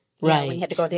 Right